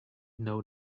know